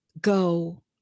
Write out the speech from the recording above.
go